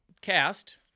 Cast